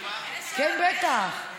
אל תדאגי, יהיה.